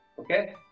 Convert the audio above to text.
Okay